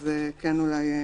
אז זה אולי כן